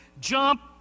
Jump